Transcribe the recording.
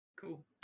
cool